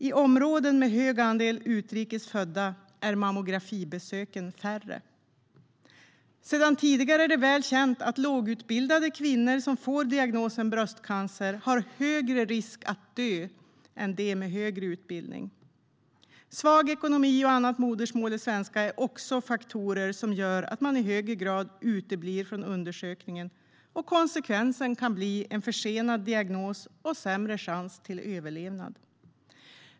I områden med hög andel utrikes födda är mammografibesöken färre. Sedan tidigare är det väl känt att lågutbildade kvinnor som får diagnosen bröstcancer har högre risk att dö än de med högre utbildning. Svag ekonomi och annat modersmål än svenska är också faktorer som gör att man i högre grad uteblir från undersökningen. Konsekvensen kan bli en försenad diagnos och sämre chans till överlevnad.